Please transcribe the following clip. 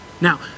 Now